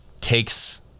takes